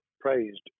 praised